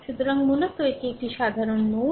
সুতরাং মূলত এটি একটি সাধারণ নোড